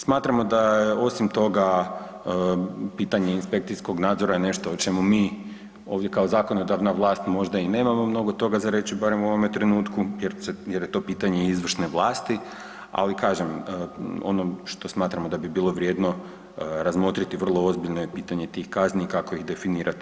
Smatramo da je osim toga pitanje inspekcijskog nadzora je nešto o čemu mi ovdje kao zakonodavna vlast možda i nemamo mnogo toga za reći barem u ovome trenutku jer je to pitanje izvršne vlasti, ali kažem ono što smatramo da bi bilo vrijedno razmotriti vrlo ozbiljno je pitanje tih kazni i kako ih definirati.